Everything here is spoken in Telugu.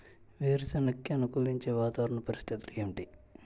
వేరుసెనగ కి అనుకూలించే వాతావరణ పరిస్థితులు ఏమిటి?